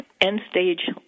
end-stage